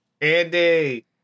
andy